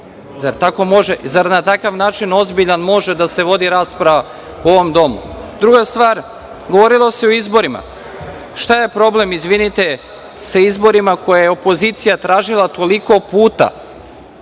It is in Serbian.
Zar na takav način ozbiljan može da se vodi rasprava u ovom domu? Druga stvar, govorilo se o izborima. Šta je problem, izvinite, sa izborima koje je opozicija tražila toliko puta?